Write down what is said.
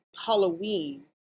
halloween